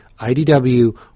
IDW